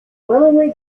willingly